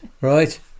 right